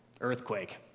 Earthquake